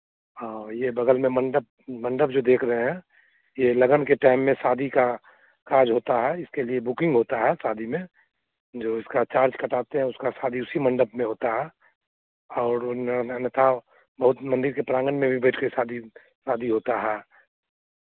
हाँ ये बगल में मंडप मंडप जो देख रहे हैं ये लगन के टाइम में शादी का काज होता है इसके लिए बुकिंग होता है शादी में जो इसका चार्ज़ कटाते हैं उसका शादी उसी मंडप में होता है और अन्यथा बहुत मंदिर के प्रांगण में भी बैठ के शादी शादी होता है